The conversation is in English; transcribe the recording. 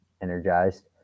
energized